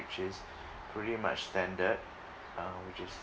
which is pretty much standard uh which is